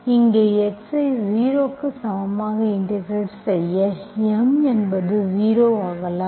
இங்கே x ஐ 0 க்கு சமமாக இன்டெகிரெட் செய்ய M என்பது 0 ஆகலாம்